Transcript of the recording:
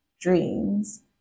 dreams